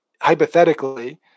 hypothetically